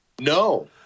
No